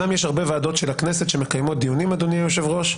אומנם יש הרבה ועדות של הכנסת שמקיימות דיונים אדוני היו"ר,